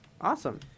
Awesome